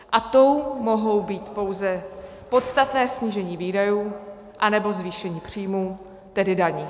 A tou mohou být pouze podstatné snížení výdajů, anebo zvýšení příjmů, tedy daní.